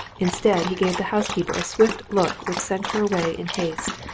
instead, he gave the housekeeper a swift look which sent her away in haste,